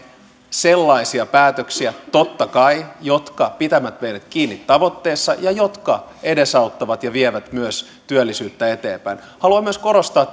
sellaisia päätöksiä totta kai jotka pitävät meidät kiinni tavoitteessa ja jotka edesauttavat ja vievät myös työllisyyttä eteenpäin haluan myös korostaa